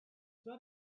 that